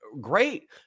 great